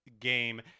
game